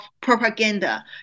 propaganda